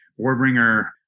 Warbringer